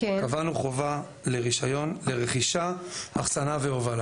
קבענו חובה לרישיון לרכישה, אחסנה, והובלה.